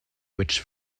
which